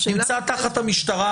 הוא נמצא תחת המשטרה,